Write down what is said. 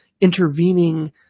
intervening